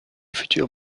futur